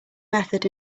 method